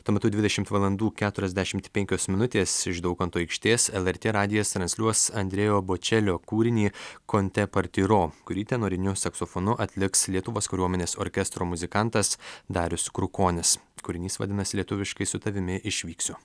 tuo metu dvidešimt valandų keturiasdešimt penkios minutės iš daukanto aikštės lrt radijas transliuos andrėjo bočelio kūrinį con te partiro kurį tenoriniu saksofonu atliks lietuvos kariuomenės orkestro muzikantas darius krukonis kūrinys vadinasi lietuviškai su tavimi išvyksiu